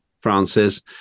Francis